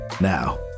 Now